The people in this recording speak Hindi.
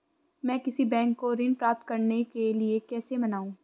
मैं किसी बैंक को ऋण प्राप्त करने के लिए कैसे मनाऊं?